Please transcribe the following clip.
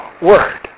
word